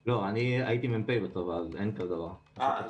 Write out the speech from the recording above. לא, הייתי מ"פ בצבא אז אין כזה דבר.